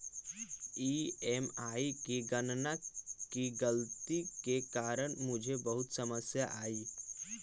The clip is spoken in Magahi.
ई.एम.आई की गणना की गलती के कारण मुझे बहुत समस्या आई